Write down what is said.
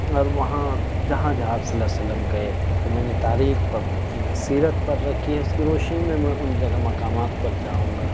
اور وہاں جہاں جہاں آپ صلی اللہ وسلم گئے تھے تو میں نے تاریخ پڑھ رکھی ہیں سیرت پڑھ رکھی ہیں اس کی روشنی میں میں ان جگہ مقامات پر جاؤں گا